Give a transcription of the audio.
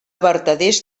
vertaders